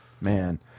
Man